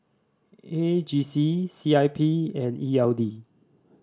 A G C C I P and E L D